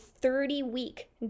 30-week